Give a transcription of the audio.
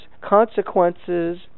consequences